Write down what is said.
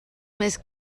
més